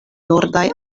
nordaj